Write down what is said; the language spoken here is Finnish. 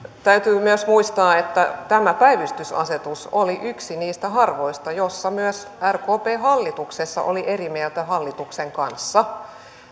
täytyy myös muistaa että tämä päivystysasetus oli yksi niistä harvoista joissa myös rkp hallituksessa oli eri mieltä hallituksen kanssa